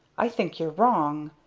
i think you're wrong.